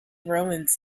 romans